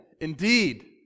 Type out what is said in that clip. indeed